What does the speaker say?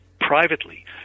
privately